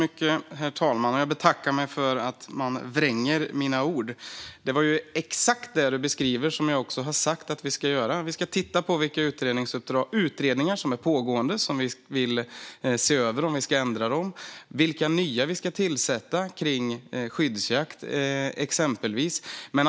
Herr talman! Jag betackar mig för att få mina ord förvrängda. Det som du beskriver, Patrik Björck, är precis vad jag har sagt att vi ska göra. Vi ska titta på vilka utredningar som är pågående och se över om vi ska ändra dem och vilka nya utredningar vi ska tillsätta om exempelvis skyddsjakt.